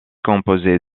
composé